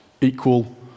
equal